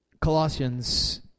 Colossians